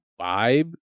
vibe